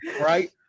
Right